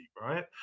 right